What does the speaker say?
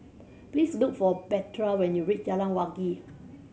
please look for Petra when you reach Jalan Wangi